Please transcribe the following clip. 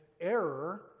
error